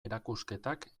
erakusketak